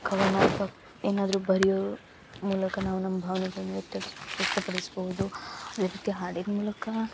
ಕವನನೋ ಏನಾದರು ಬರೆಯೋ ಮೂಲಕ ನಾವು ನಮ್ಮ ಭಾವ್ನೆಗಳ್ನ ವ್ಯಕ್ತಪ ವ್ಯಕ್ತಪಡಿಸ್ಬೋದು ಅದೇ ರೀತಿ ಹಾಡಿನ ಮೂಲಕ